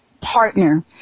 partner